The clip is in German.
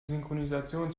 synchronisation